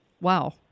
Wow